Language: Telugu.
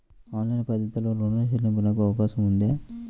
ఆన్లైన్ పద్ధతిలో రుణ చెల్లింపునకు అవకాశం ఉందా?